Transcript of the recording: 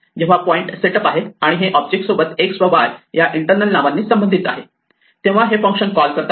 जेव्हा point set up आहे आणि हे ऑब्जेक्ट सोबत x व y या इंटरनल नावांनी संबंधित आहेत तेव्हा हे फंक्शन कॉल करतात